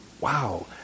wow